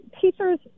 teachers